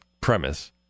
premise